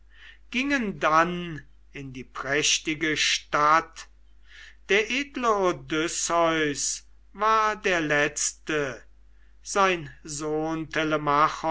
gingen dann in die prächtige stadt der edle odysseus war der letzte sein sohn